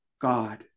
God